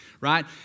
right